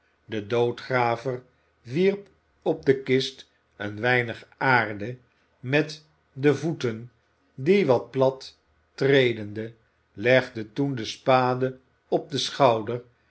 de doodgraver wierp op de kist een weinig aarde met de voeten die wat plat tredende legde toen de spade op den schouder